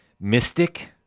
mystic